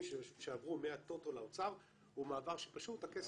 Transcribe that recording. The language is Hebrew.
שעברו מהטוטו לאוצר הוא מעבר שפשוט הכסף,